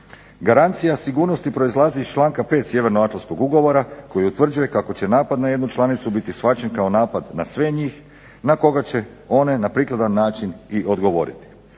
Garancija sigurnosti proizlazi iz članka 5. Sjevernoatlantskog ugovora koji utvrđuje kako će napad na jednu članicu biti shvaćen kao napad na sve njih na koga će one na prikladan način i odgovoriti.